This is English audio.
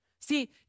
See